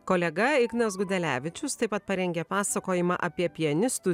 kolega ignas gudelevičius taip pat parengė pasakojimą apie pianistų